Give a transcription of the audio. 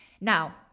now